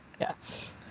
yes